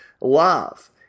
love